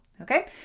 Okay